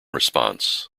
response